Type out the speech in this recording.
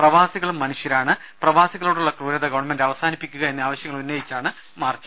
പ്രവാസികളും മനുഷ്യരാണ് പ്രവാസികളോടുള്ള ക്രൂരത ഗവൺമെന്റ് അവസാനിപ്പിക്കുക എന്നീ ആവശ്യങ്ങൾ ഉന്നയിച്ചാണ് മാർച്ച്